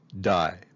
die